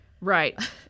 Right